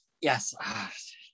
yes